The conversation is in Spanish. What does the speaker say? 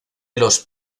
los